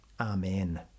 Amen